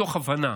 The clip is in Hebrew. מתוך הבנה